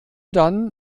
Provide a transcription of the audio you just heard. dann